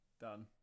done